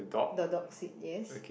the dog seat yes